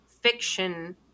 fiction